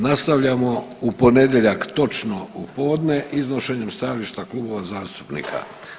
Nastavljamo u ponedjeljak točno u podne iznošenjem stajališta klubova zastupnika.